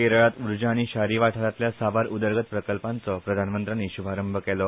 केरळांत उर्जा आनी शारी वाठारांतल्या साबार उदरगत प्रकल्पांचो प्रधानमंत्र्यांनी शुभारंभ केलो